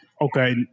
Okay